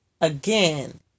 Again